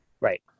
Right